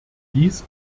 dies